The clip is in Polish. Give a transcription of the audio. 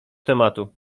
tematu